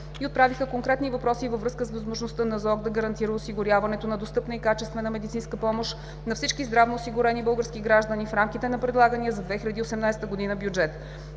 и отправиха конкретни въпроси във връзка с възможността Националната здравноосигурителна каса да гарантира осигуряването на достъпна и качествена медицинска помощ на всички здравноосигурени български граждани в рамките на предлагания за 2018 г. бюджет.